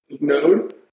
node